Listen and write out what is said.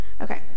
Okay